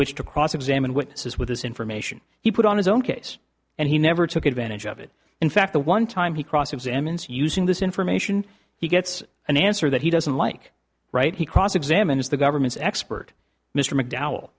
which to cross examine witnesses with this information he put on his own case and he never took advantage of it in fact the one time he cross examines using this information he gets an answer that he doesn't like right he cross examines the government's expert mr mcdowell